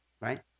Right